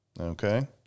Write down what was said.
Okay